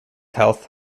health